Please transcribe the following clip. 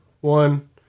one